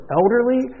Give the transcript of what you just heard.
elderly